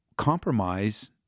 compromise